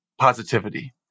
positivity